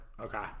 okay